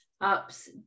ups